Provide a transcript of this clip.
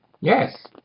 Yes